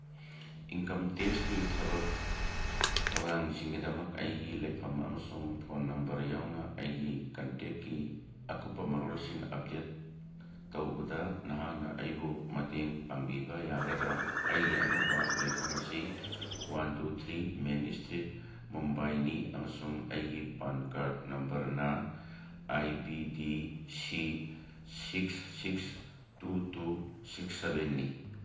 income ꯇꯦꯛꯁꯀꯤ ꯊꯕꯛ ꯊꯧꯔꯥꯡꯁꯤꯡꯒꯤꯗꯃꯛ ꯑꯩꯒꯤ ꯂꯩꯐꯝ ꯑꯃꯁꯨꯡ ꯐꯣꯟ ꯅꯝꯕꯔ ꯌꯥꯎꯅ ꯑꯩꯒꯤ ꯀꯟꯇꯦꯛꯀꯤ ꯑꯀꯨꯞꯄ ꯃꯔꯣꯜꯁꯤꯡ ꯑꯞꯗꯦꯠ ꯇꯧꯕꯗ ꯅꯍꯥꯛꯅ ꯑꯩꯕꯨ ꯃꯇꯦꯡ ꯄꯥꯡꯕꯤꯕ ꯌꯥꯒꯗ꯭ꯔꯥ ꯑꯩꯒꯤ ꯑꯅꯧꯕ ꯂꯩꯐꯝ ꯑꯁꯤ one two three main street ꯃꯨꯝꯕꯥꯏꯅꯤ ꯑꯃꯁꯨꯡ ꯑꯩꯒꯤ ꯄꯥꯟ ꯀꯥꯔꯠ ꯅꯝꯕꯔꯅ I B D C six six two two six ꯁꯚꯦꯟꯅꯤ